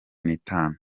nitatu